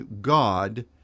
God